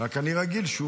רק אני רגיל שהוא